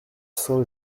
saint